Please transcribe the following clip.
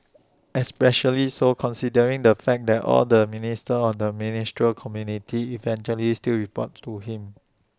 especially so considering the fact that all the ministers on the ministerial committee eventually still report to him